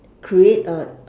create a